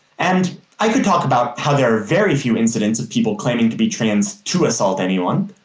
and i could talk about how there are very few incidents of people claiming to be trans to assault anyone.